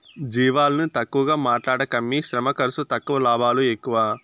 జీవాలని తక్కువగా మాట్లాడకమ్మీ శ్రమ ఖర్సు తక్కువ లాభాలు ఎక్కువ